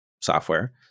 software